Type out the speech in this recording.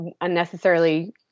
unnecessarily